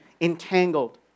entangled